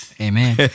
Amen